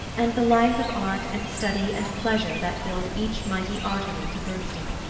and the life of art and study and pleasure that filled each mighty artery to bursting.